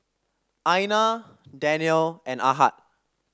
Aina Danial and Ahad